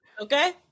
okay